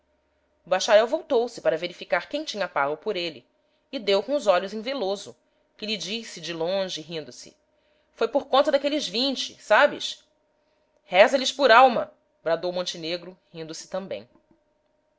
bacharel voltou-se para verificar quem tinha pago por ele e deu com os olhos em veloso que lhe disse de longe rindo-se foi por conta daqueles vinte sabes reza lhes por alma bradou montenegro rindo-se também